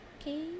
Okay